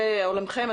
זה עולמכם,